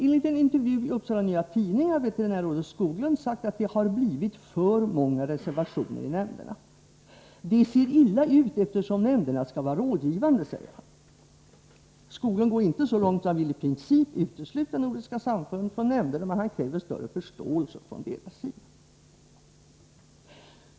Enligt en intervju i Upsala Nya Tidning har veterinärrådet Skoglund uttalat att det har blivit för många reservationer i nämnderna. Det ser illa ut, eftersom nämnderna skall vara rådgivande, säger han. Skoglund går inte så långt att han i princip vill utesluta Nordiska samfundet mot plågsamma djurförsök från nämnderna, men kräver större förståelse från deras sida.